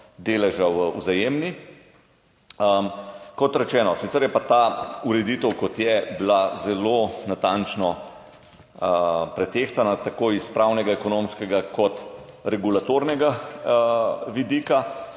deleža v Vzajemni. Kot rečeno je bila pa ta ureditev sicer zelo natančno pretehtana tako iz pravnega, ekonomskega kot regulatornega vidika.